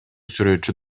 сүрөтчү